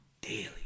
daily